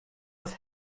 was